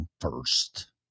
first